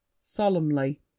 Solemnly